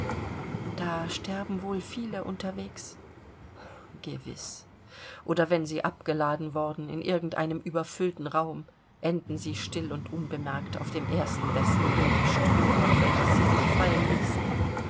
da sterben wohl viele unterwegs gewiß oder wenn sie abgeladen worden in irgend einem überfüllten raum enden sie still und unbemerkt auf dem ersten besten bündel stroh auf welches sie sich fallen ließen